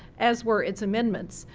as were its amendments.